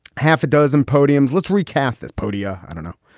half a dozen podiums, let's recast this podium. i don't know.